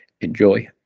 Enjoy